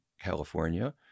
California